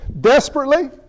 Desperately